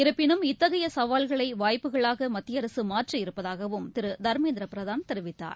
இருப்பினும் இத்தகையசவால்களைவாய்ப்புகளாகமத்தியஅரசுமாற்றி இருப்பதாகவும் திரு தர்மேந்திரபிரதான் தெரிவித்தார்